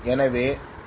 எனவே ஓ